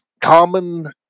common